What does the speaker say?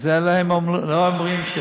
זה הם לא אומרים,